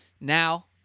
Now